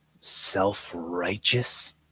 self-righteous